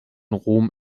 rom